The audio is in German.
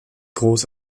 groß